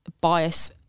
bias